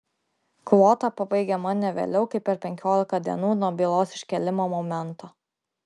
kvota pabaigiama ne vėliau kaip per penkiolika dienų nuo bylos iškėlimo momento